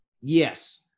Yes